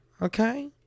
Okay